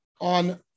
on